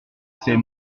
c’est